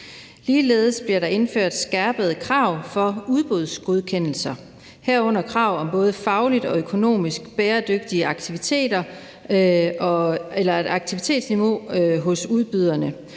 Ligeledes bliver der indført skærpede krav for udbudsgodkendelser, herunder krav om både fagligt og økonomisk bæredygtigt aktivitetsniveau hos udbyderne.